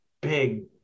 big